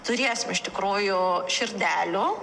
turėsim iš tikrųjų širdelių